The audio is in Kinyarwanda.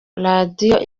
radio